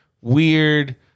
Weird